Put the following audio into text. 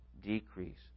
decrease